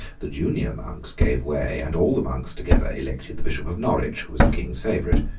the junior monks gave way, and all the monks together elected the bishop of norwich, who was the king's favourite.